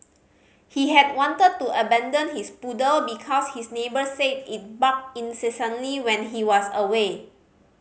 he had wanted to abandon his poodle because his neighbours said it barked incessantly when he was away